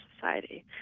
society